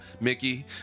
Mickey